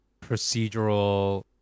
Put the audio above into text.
procedural